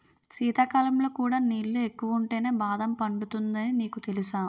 శీతాకాలంలో కూడా నీళ్ళు ఎక్కువుంటేనే బాదం పండుతుందని నీకు తెలుసా?